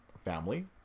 family